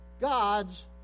God's